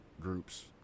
groups